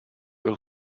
will